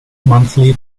monthly